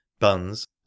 Buns